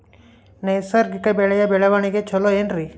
ನೈಸರ್ಗಿಕ ಬೆಳೆಯ ಬೆಳವಣಿಗೆ ಚೊಲೊ ಏನ್ರಿ?